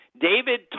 David